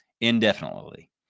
indefinitely